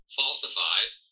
falsified